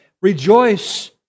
Rejoice